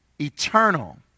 eternal